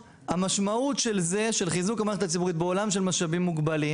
המשמעות של חיזוק המערכת הציבורית בעולם של משאבים מוגבלים